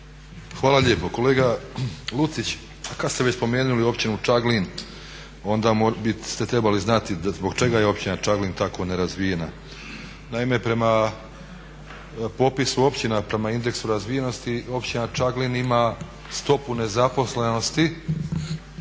Hvala lijepo. Kolega Lucić, a kad ste već spomenuli općinu Čaglin onda ste trebali znati zbog čega je općina Čaglin tako nerazvijena. Naime, prema popisu općina, prema indeksu razvijenosti općina Čaglin ima stopu nezaposlenosti